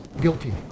Guilty